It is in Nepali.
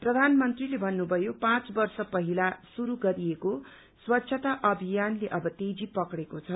प्रधानमन्त्रीले भन्नुभयो पाँच वर्ष पहिला शुरू गरिएको स्वच्छता अभियानले अब तेजी पक्रेको छ